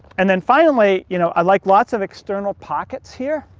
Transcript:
and then finally, you know, i like lots of external pockets here.